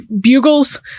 Bugles